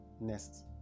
Next